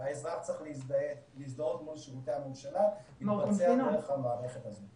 שהאזרח צריך להזדהות מול שירותי הממשלה יתבצע דרך המערכת הזו.